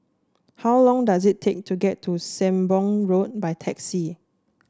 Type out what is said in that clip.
how long does it take to get to Sembong Road by taxi